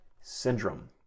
syndrome